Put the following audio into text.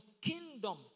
kingdom